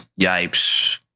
Yipes